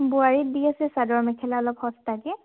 বোৱাৰীত দি আছে চাদৰ মেখেলা অলপ সস্তাকে